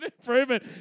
improvement